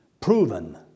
proven